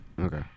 Okay